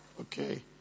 Okay